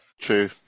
True